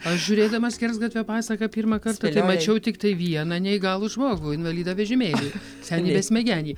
aš žiūrėdama skersgatvio pasaką pirmąkart mačiau tiktai vieną neįgalų žmogų invalido vežimėlyje senį besmegenį